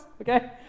okay